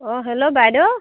অঁ হেল্ল' বাইদেউ